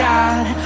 God